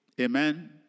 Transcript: Amen